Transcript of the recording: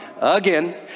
again